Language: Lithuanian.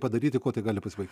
padaryti kuo tai gali pasibaigt